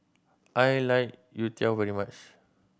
I like youtiao very much